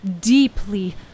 Deeply